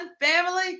family